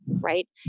right